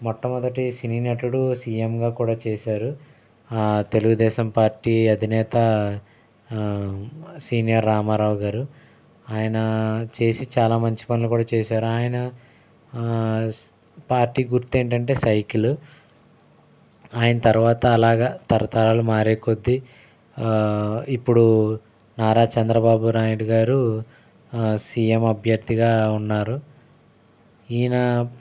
మొట్టమొదటి సినీ నటుడు సీఎంగా కూడా చేశారు తెలుగుదేశం పార్టీ అధినేత సీనియర్ రామారావు గారు ఆయన చేసి చాలా మంచి పనులు కూడా చేశారా ఆయన పార్టీ గుర్తు ఏంటంటే సైకిలు ఆయన తర్వాత అలాగా తరతరాలు మారే కొద్దీ ఇప్పుడు నారా చంద్రబాబు నాయుడు గారు సీఎం అభ్యర్థిగా ఉన్నారు ఈనా